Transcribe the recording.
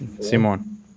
Simon